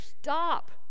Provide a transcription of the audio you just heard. stop